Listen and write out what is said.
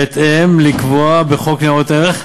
בהתאם לקבוע בחוק ניירות ערך.